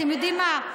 אתם יודעים מה,